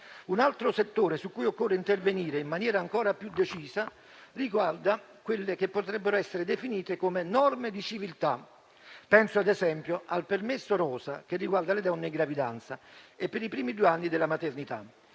Un altro settore su cui occorre intervenire in maniera ancora più decisa riguarda quelle che potrebbero essere definite come norme di civiltà. Penso - ad esempio - al permesso rosa, che riguarda le donne in gravidanza e i primi due anni della maternità.